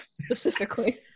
specifically